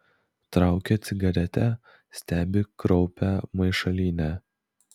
traukia cigaretę stebi kraupią maišalynę